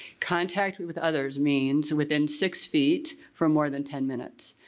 contact with others means within six feet for more than ten minutes.